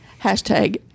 Hashtag